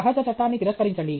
సహజ చట్టాన్ని తిరస్కరించండి